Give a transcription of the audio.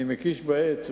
אני מקיש בעץ,